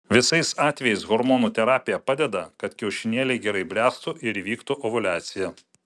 visais atvejais hormonų terapija padeda kad kiaušinėliai gerai bręstų ir įvyktų ovuliacija